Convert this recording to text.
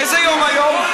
איזה יום היום?